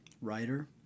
writer